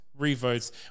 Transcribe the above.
revotes